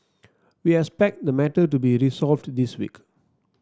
we expect the matter to be resolved this week